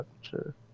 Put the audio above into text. Sure